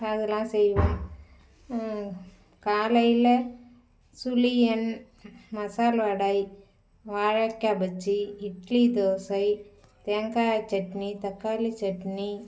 அதெல்லாம் செய்வோம் காலையில் சுழியன் மசால் வடை வாழைக்காய் பஜ்ஜி இட்லி தோசை தேங்காய் சட்னி தக்காளி சட்னி